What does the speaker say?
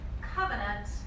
covenant